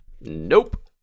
Nope